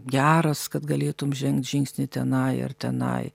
geras kad galėtum žengt žingsnį tenai ar tenai